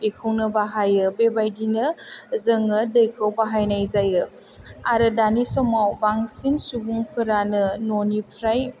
बेखौनो बाहायो बेबायदिनो जोङो दैखौ बाहायनाय जायो आरो दानि समाव बांसिन सुबुंफोरानो न'निफ्राय